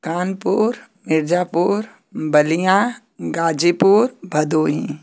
Kanpur Mirzapur Ballia Ghazipur Bhadohi